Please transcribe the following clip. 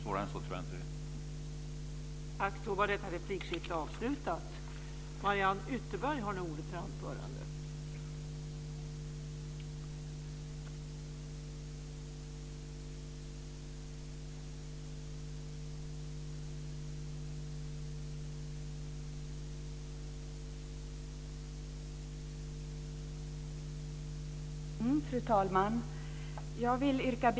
Svårare än så tror jag inte att det är.